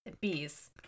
bees